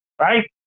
Right